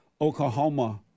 Oklahoma